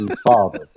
father